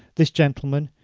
this gentleman,